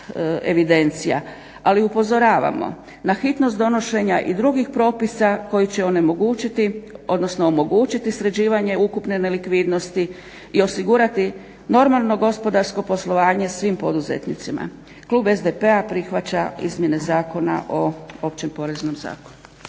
Ali upozoravamo na hitnost donošenja i drugih propisa koji će omogućiti sređivanje ukupne nelikvidnosti i osigurati normalno gospodarsko poslovanje svim poduzetnicima. Klub SDP-a prihvaća izmjene Zakon o Opće poreznom zakonu.